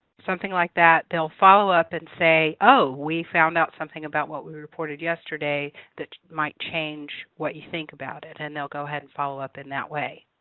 something like that. they'll follow up and say, oh, we found out something about what we reported yesterday that might change what you think about it, and they'll go ahead and follow up in that way.